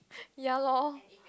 ya lor